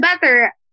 better